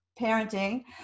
parenting